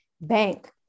bank